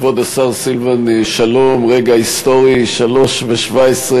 היסטורי: 03:17,